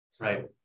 right